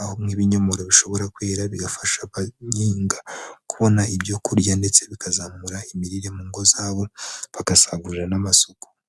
aho nk'ibinyomoro bishobora kwera bigafasha abahiga kubona ibyo kurya, ndetse bikazamura imirire mu ngo zabo bagasagurira n'amasoko.